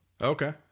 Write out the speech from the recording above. Okay